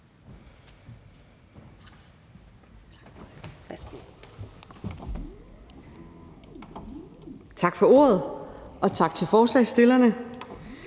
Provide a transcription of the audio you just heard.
Tak for ordet. Og tak til forslagsstillerne.